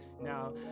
Now